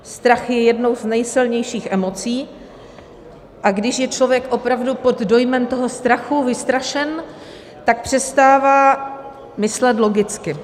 Strach je jednou z nejsilnějších emocí, a když je člověk opravdu pod dojmem strachu, vystrašen, tak přestává myslet logicky.